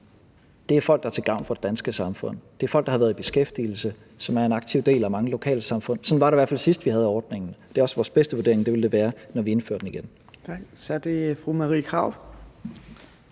er folk, der er til gavn for det danske samfund. Det er folk, der har været i beskæftigelse, og som er en aktiv del af mange lokalsamfund. Sådan var det i hvert fald, sidst vi havde ordningen. Det er også vores bedste vurdering, at det vil være sådan, når vi indfører den igen. Kl. 15:54 Fjerde